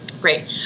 Great